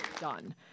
done